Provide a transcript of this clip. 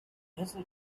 desert